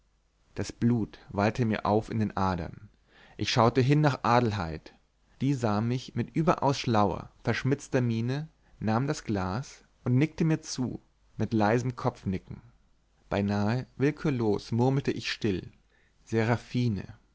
das blut wallte mir auf in den adern ich schaute hin nach adelheid die sah mich an mit überaus schlauer verschmitzter miene nahm das glas und nickte mir zu mit leisem kopfnicken beinahe willkürlos murmelte ich still seraphine